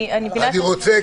אני רוצה,